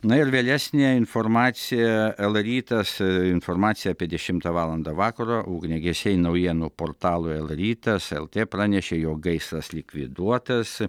na ir vėlesnė informacija lrytas informaciją apie dešimtą valandą vakaro ugniagesiai naujienų portalui lrytas lt pranešė jog gaisras likviduotas